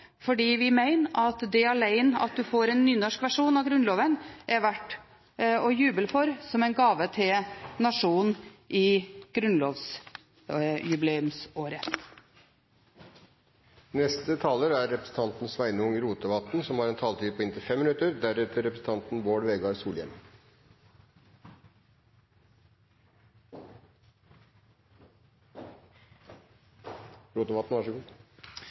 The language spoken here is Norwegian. fordi vi mener at alene det at en får en nynorsk versjon av Grunnloven, er verdt å juble for – som en gave til nasjonen i grunnlovsjubileumsåret. Stortinget vedtek i dag ei grunnlov på eit alderdommeleg bokmål som